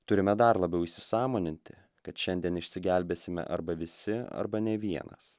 turime dar labiau įsisąmoninti kad šiandien išsigelbėsime arba visi arba ne vienas